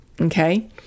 okay